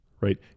right